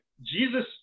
jesus